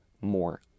more